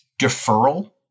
deferral